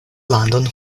landon